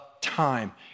time